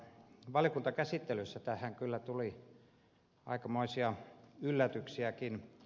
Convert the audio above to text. valiokuntakäsittelyssä tähän kyllä tuli aikamoisia yllätyksiäkin